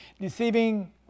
deceiving